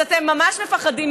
אז אתם ממש מפחדים.